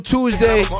Tuesday